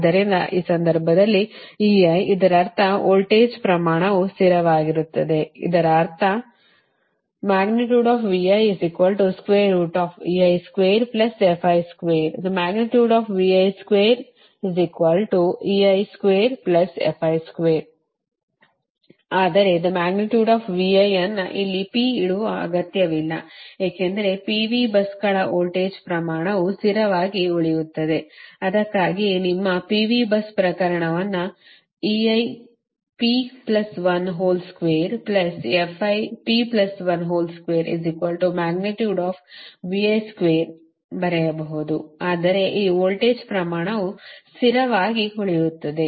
ಆದ್ದರಿಂದ ಈ ಸಂದರ್ಭದಲ್ಲಿ ಇದರರ್ಥವೋಲ್ಟೇಜ್ ಪ್ರಮಾಣವು ಸ್ಥಿರವಾಗಿರುತ್ತವೆ ಅದರ ಅರ್ಥ ಆದರೆ ಅನ್ನು ಇಲ್ಲಿ P ಇಡುವ ಅಗತ್ಯವಿಲ್ಲ ಏಕೆಂದರೆ PV busಗಳ ವೋಲ್ಟೇಜ್ ಪ್ರಮಾಣವು ಸ್ಥಿರವಾಗಿ ಉಳಿಯುತ್ತದೆ ಅದಕ್ಕಾಗಿಯೇ ನಿಮ್ಮ PV bus ಪ್ರಕರಣವನ್ನು ಬರೆಯಬಹುದು ಆದರೆ ಈ ವೋಲ್ಟೇಜ್ ಪ್ರಮಾಣವು ಸ್ಥಿರವಾಗಿ ಉಳಿಯುತ್ತದೆ